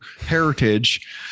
heritage